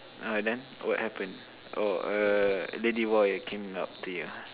uh then what happened oh uh then the became ah